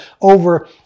over